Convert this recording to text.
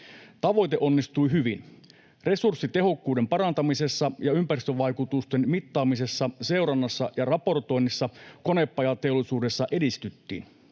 Tavoite onnistui hyvin. Resurssitehokkuuden parantamisessa ja ympäristövaikutusten mittaamisessa, seurannassa ja raportoinnissa konepajateollisuudessa edistyttiin.